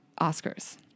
Oscars